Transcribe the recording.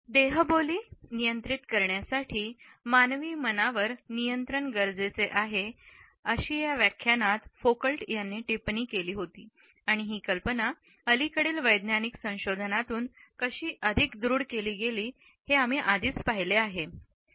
देहबोली नियंत्रित करण्यासाठी मानवी मनावर नियंत्रण गरजेचे आहे अशी या व्याख्यानात फुकल्ट यांनी टिप्पणी केली आणि ही कल्पना अलीकडील वैज्ञानिक संशोधनातून कशी अधिक दृढ केले गेले आहे हे आम्ही आधीच पाहिले आहे